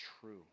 true